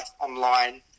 online